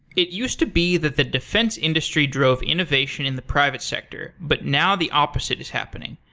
it used to be that the defense industry drove innovation in the private sector, but now the opposite is happening.